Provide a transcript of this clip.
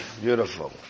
Beautiful